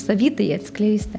savy tai atskleisti